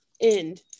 end